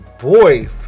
boy